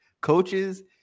coaches –